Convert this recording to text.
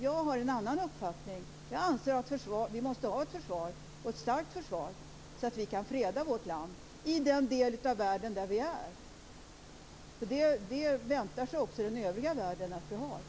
Jag har en annan uppfattning. Jag anser att vi måste ha ett starkt försvar så att vi kan freda vårt land i den del av världen där vi är. Det väntar sig också den övriga världen att vi gör.